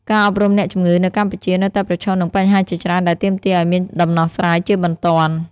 ការអប់រំអ្នកជំងឺនៅកម្ពុជានៅតែប្រឈមនឹងបញ្ហាជាច្រើនដែលទាមទារឱ្យមានដំណោះស្រាយជាបន្ទាន់។